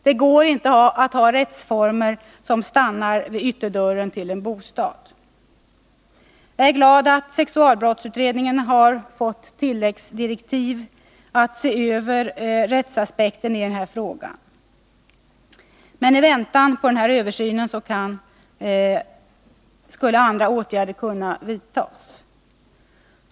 Det går inte att ha rättsformer som stannar vid ytterdörren till en bostad. Jag är glad att sexualbrottsutredningen i tilläggsdirektiv har fått i uppdrag att se över rättsaspekten i denna fråga. I väntan på denna översyn skulle andra åtgärder kunna vidtas.